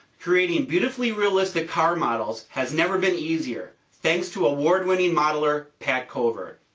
treating beautifully realistic car models has never been easier, thanks to award winning modeler, pat covert.